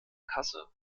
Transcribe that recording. kasse